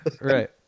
Right